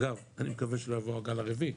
אגב, אני מקווה שלא יבוא הגל הרביעי,